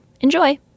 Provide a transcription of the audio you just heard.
Enjoy